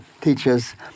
teachers